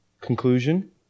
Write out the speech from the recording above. Conclusion